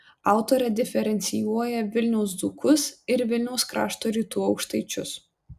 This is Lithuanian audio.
autorė diferencijuoja vilniaus dzūkus ir vilniaus krašto rytų aukštaičius